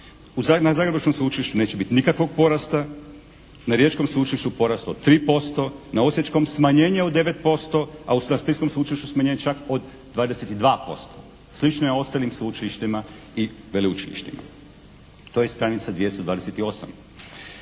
Na zagrebačkom sveučilištu neće biti nikakvog porasta, na riječkom sveučilištu porast od 3%, na osječkom smanjenje od 9% a na splitskom sveučilištu smanjenje čak od 22%. Slično je i u ostalim sveučilištima i veleučilištima, to je stranica 228.